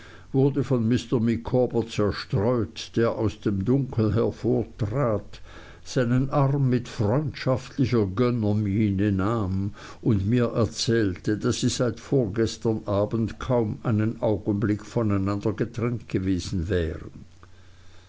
wurde von mr micawber zerstreut der aus dem dunkel hervortrat seinen arm mit freundschaftlicher gönnermiene nahm und mir erzählte daß sie seit vorgestern abends kaum einen augenblick voneinander getrennt gewesen wären